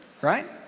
right